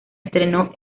estrenó